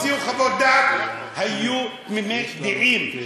כל המומחים שהתחברו בוועדה והוציאו חוות דעת היו תמימי דעים: